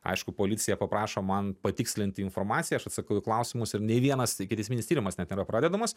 aišku policija paprašo man patikslinti informaciją aš atsakau į klausimus ir nei vienas ikiteisminis tyrimas net nėra pradedamas